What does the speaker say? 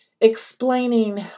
explaining